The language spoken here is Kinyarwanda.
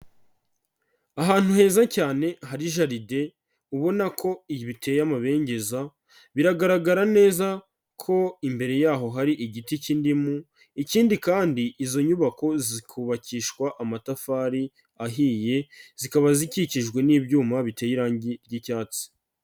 Ahantu heza cyane hari jaride ubona ko biteye amabengeza, biragaragara neza ko imbere yaho hari igiti k'indimu, ikindi kandi izo nyubako zikubakishwa amatafari ahiye zikaba zikikijwe n'ibyuma biteye irangi ry'icyatsi.